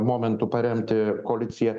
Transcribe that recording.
momentu paremti koaliciją